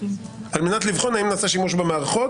על מנת לבחון האם נעשה שימוש במערכות",